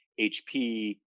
HP